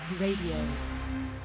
Radio